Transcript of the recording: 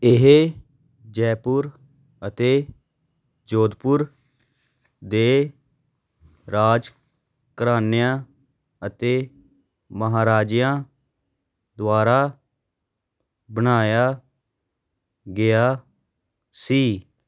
ਇਹ ਜੈਪੁਰ ਅਤੇ ਜੋਧਪੁਰ ਦੇ ਰਾਜ ਘਰਾਨਿਆਂ ਅਤੇ ਮਹਾਰਾਜਿਆਂ ਦੁਆਰਾ ਬਣਾਇਆ ਗਿਆ ਸੀ